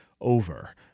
over